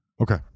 Okay